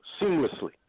seamlessly